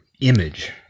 image